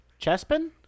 Chespin